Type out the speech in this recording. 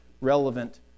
relevant